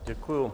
Děkuju.